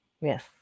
Yes